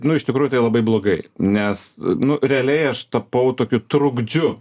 nu iš tikrųjų tai labai blogai nes nu realiai aš tapau tokiu trukdžiu